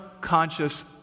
conscious